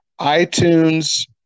iTunes